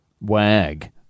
wag